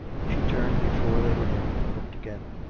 she turned before they went in, and looked again.